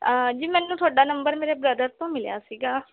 ਜੀ ਮੈਨੂੰ ਤੁਹਾਡਾ ਨੰਬਰ ਮੇਰੇ ਬ੍ਰਦਰ ਤੋਂ ਮਿਲਿਆ ਸੀਗਾ